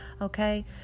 Okay